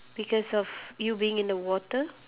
because of you being in the water